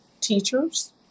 teachers